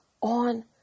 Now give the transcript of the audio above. on